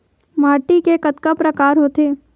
माटी के कतका प्रकार होथे?